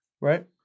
Right